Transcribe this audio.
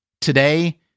Today